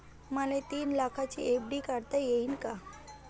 मले तीन लाखाची एफ.डी काढता येईन का?